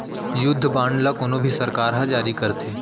युद्ध बांड ल कोनो भी सरकार ह जारी करथे